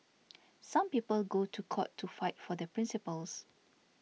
some people go to court to fight for their principles